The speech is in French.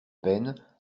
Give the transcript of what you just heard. peine